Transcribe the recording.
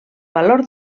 valor